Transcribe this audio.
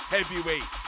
Heavyweight